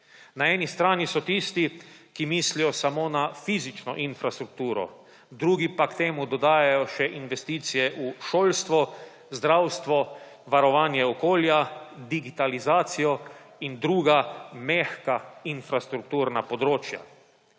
Na eni strani so tisti, ki mislijo samo na fizično infrastrukturo, drugi pa k temu dodajajo še investicije v šolstvo, zdravstvo, varovanje okolja, digitalizacijo in druga mehka infrastrukturna področja.